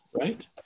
right